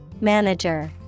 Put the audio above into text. Manager